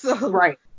Right